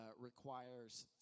requires